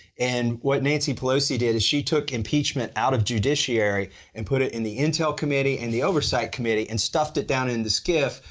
and what nancy pelosi did is she took impeachment out of judiciary and put it in the intel committee and the oversight committee and stuffed it down in the skiff,